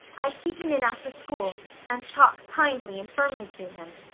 i'd keep him in after school and talk kindly and firmly to him,